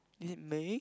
is it me